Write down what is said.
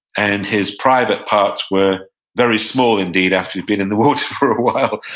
and his private parts were very small indeed after he'd been in the water for a while.